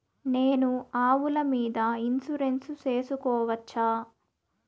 నేను ఆవుల మీద ఇన్సూరెన్సు సేసుకోవచ్చా?